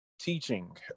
teaching